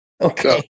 Okay